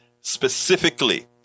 specifically